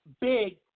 big